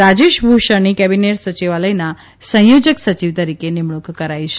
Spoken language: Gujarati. રાજેશ ભૂષણની કેબિનેટ સચિવાલયના સંયોજક સચિવ તરીકે નિમણંક કરી છે